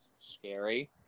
scary